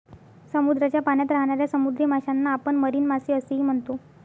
समुद्राच्या पाण्यात राहणाऱ्या समुद्री माशांना आपण मरीन मासे असेही म्हणतो